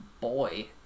boy